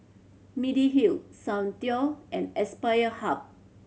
Mediheal Soundteoh and Aspire Hub